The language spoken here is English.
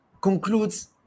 concludes